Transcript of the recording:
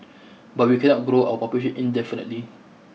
but we cannot grow our population indefinitely